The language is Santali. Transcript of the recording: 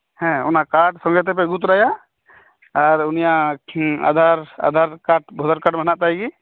ᱦᱮᱸ ᱚᱱᱟ ᱠᱟᱨᱰ ᱥᱚᱸᱜᱮ ᱛᱮᱯᱮ ᱟᱜᱩ ᱛᱚᱨᱟᱭᱟ ᱟᱨ ᱩᱱᱤᱭᱟᱜ Aadhaar Aadhaar card voter card ᱢᱮᱱᱟᱜ ᱛᱟᱭ ᱜᱮ